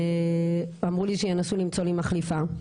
ואמרו לי שינסו למצוא לי מחליפה.